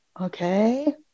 Okay